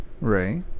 Ray